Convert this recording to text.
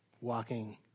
walking